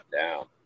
down